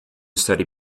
study